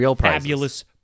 fabulous